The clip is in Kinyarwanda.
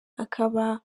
akaba